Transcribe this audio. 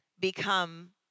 become